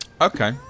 okay